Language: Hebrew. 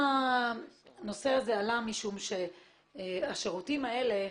הנושא הזה עלה משום שהשירותים האלה,